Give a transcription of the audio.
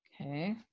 Okay